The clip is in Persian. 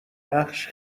نقش